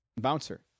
bouncer